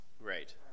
Right